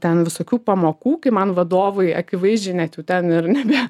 ten visokių pamokų kai man vadovai akivaizdžiai ne jau ten ir nebe